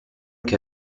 che